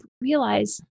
realize